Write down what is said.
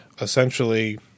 essentially